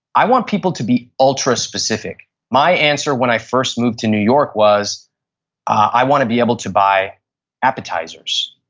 i want people to be ultra-specific. my answer when i first moved to new york was i want to be able to buy appetizers,